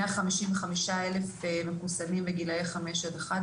155,000 מחוסנים בגילאי 5-11